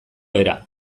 era